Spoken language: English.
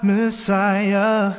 Messiah